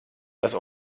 das